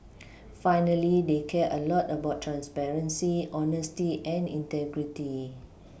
finally they care a lot about transparency honesty and integrity